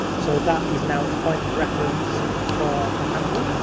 so, that is now a point of reference for the handle,